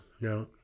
No